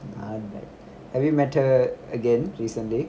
ஆமா:aama have you met her again recently